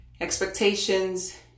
Expectations